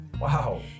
Wow